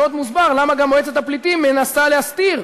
עוד מוסבר למה גם "מועצת הפליטים הנורבגית" מנסה להסתיר,